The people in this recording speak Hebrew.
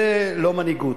זה לא מנהיגות.